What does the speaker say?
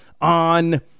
on